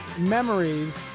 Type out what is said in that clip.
memories